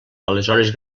aleshores